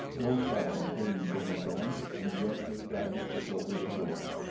no sound came from within, and gently bradley pushed open the door.